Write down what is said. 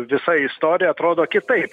visa istorija atrodo kitaip